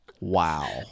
Wow